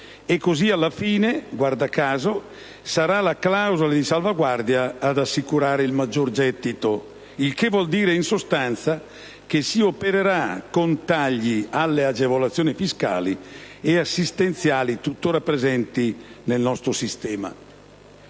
E così alla fine, guarda caso, sarà la clausola di salvaguardia ad assicurare il maggior gettito, il che vuol dire, in sostanza, che si opererà con tagli alle agevolazioni fiscali e assistenziali tuttora presenti nel nostro sistema.